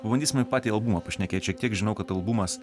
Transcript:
pabandysime patį albumą pašnekėt šiek tiek žinau kad albumas